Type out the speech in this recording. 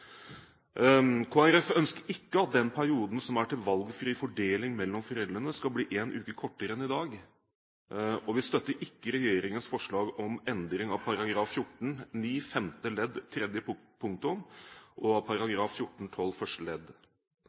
ønsker ikke at den perioden som er til valgfri fordeling mellom foreldrene skal bli en uke kortere enn i dag, og vi støtter ikke regjeringens forslag om endring av § 14-9 femte ledd tredje punktum og av § 14-12 første ledd.